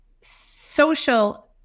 social